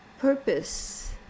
purpose